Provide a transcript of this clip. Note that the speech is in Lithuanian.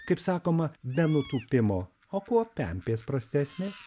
kaip sakoma be nutūpimo o kuo pempės prastesnės